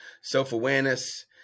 self-awareness